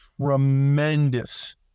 tremendous